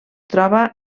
troba